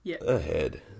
ahead